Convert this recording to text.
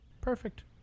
perfect